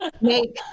Make